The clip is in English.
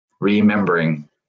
Remembering